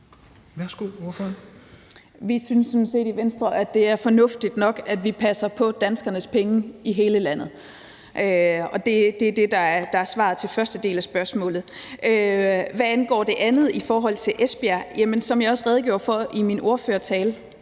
Venstre, at det er fornuftigt nok, at vi passer på danskernes penge i hele landet, og det er det, der er svaret til første del af spørgsmålet. Hvad angår det andet i forhold til Esbjerg: Som jeg også redegjorde for i min ordførertale,